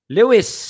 Lewis